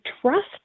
trust